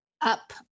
up